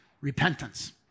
repentance